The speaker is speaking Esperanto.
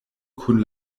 kun